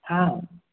ꯍꯥ